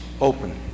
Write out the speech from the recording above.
open